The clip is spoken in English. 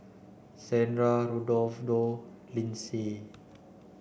Shandra Rodolfo Linsey